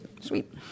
Sweet